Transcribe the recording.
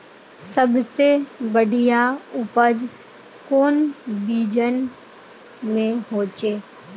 सबसे बढ़िया उपज कौन बिचन में होते?